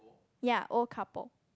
ya old couple